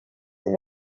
des